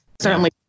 certainly-